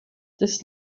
this